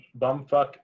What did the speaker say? bumfuck